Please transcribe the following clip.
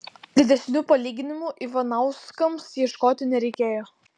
didesnių palyginimų ivanauskams ieškoti nereikėjo